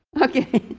okay